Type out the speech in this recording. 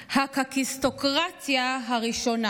הקקיסטוקרטיה הראשונה.